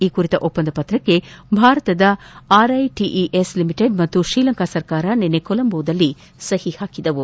ಈ ಕುರಿತ ಒಪ್ಪಂದಕ್ಕೆ ಭಾರತದ ಆರ್ಐಟಿಇಎಸ್ ಲಿಮಿಟೆಡ್ ಹಾಗೂ ಶ್ರೀಲಂಕಾ ಸರ್ಕಾರ ನಿನ್ನೆ ಕೊಲಂಬೋದಲ್ಲಿ ಸಹಿ ಮಾಡಿವೆ